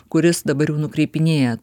kuris dabar jau nukreipinėja